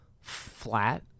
flat